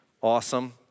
Awesome